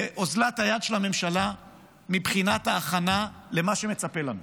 לאוזלת היד של הממשלה מבחינת ההכנה למה שמצפה לנו.